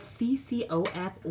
CCOF